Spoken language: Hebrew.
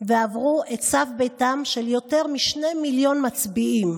ועברו את סף ביתם של יותר משני מיליון מצביעים.